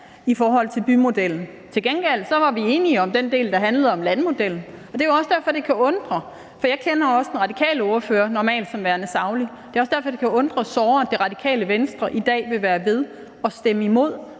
i forhold til bymodellen. Til gengæld var vi enige om den del, der handlede om landmodellen. Det er jo også derfor, det kan undre såre – for jeg kender også den radikale ordfører normalt som værende saglig – at Radikale Venstre i dag vil være ved at stemme imod